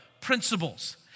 principles